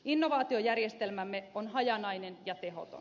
innovaatiojärjestelmämme on hajanainen ja tehoton